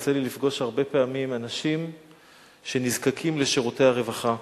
יוצא לי לפגוש הרבה פעמים אנשים שנזקקים לשירותי הרווחה.